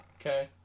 Okay